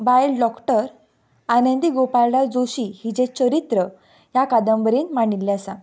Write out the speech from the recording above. बायल डॉक्टर आनंदी गोपाळदास जोशी हिजें चरित्र ह्या कादंबरीन मांडिल्लें आसा